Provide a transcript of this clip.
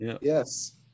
Yes